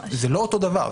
זה לא אותו דבר.